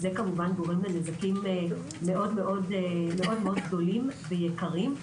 זה כמובן גורם לנזקים מאוד מאוד גדולים ויקרים,